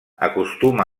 acostuma